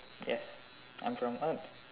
yes I'm from earth